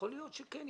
יכול להיות שכן,